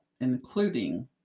including